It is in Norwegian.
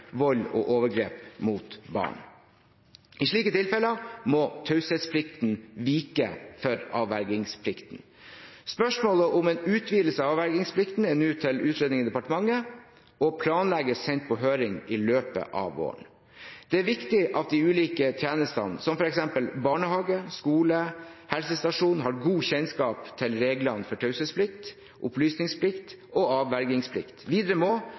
vold og overgrep mot barn. I slike tilfeller må taushetsplikten vike for avvergingsplikten. Spørsmålet om en utvidelse av avvergingsplikten er nå til utredning i departementet og planlegges sendt på høring i løpet av våren. Det er viktig at de ulike tjenestene, f.eks. barnehage, skole, helsestasjon, har god kjennskap til reglene for taushetsplikt, opplysningsplikt og avvergingsplikt. Videre må